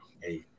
hey